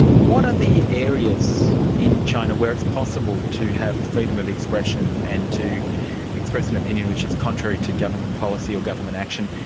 what are the areas in china where it's possible to have freedom of expression and to express an opinion which is contrary to government policy or government action,